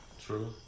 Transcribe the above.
True